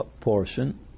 portion